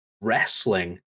wrestling